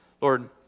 lord